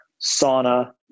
sauna